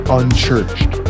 unchurched